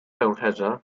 pęcherza